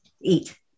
eat